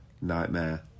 Nightmare